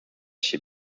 się